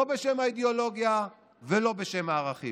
לא בשם האידיאולוגיה ולא בשם הערכים.